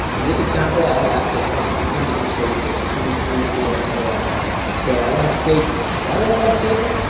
in this example only have page one sometimes going to show you page two, three, four and so on so i want to save these. why do i want to save them?